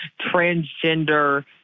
transgender